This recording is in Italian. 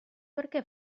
perché